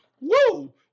Woo